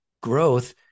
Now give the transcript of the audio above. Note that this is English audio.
growth